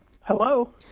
Hello